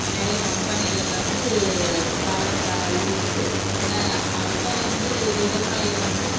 நிறைய கம்பெனிகள் வந்து வள வ இருக்குது அப்போ வந்து விவசாயி வந்து